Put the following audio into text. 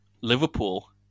Liverpool